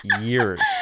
years